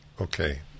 Okay